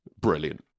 Brilliant